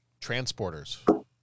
Transporters